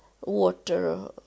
water